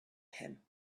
him